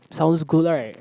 sounds good right